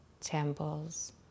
temples